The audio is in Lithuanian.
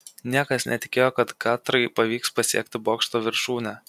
niekas netikėjo kad katrai pavyks pasiekti bokšto viršūnę